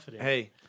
Hey